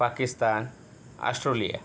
Pakistan Australia